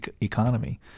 economy